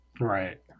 Right